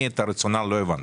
את הרציונל לא הבנתי.